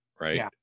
right